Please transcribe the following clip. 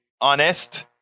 honest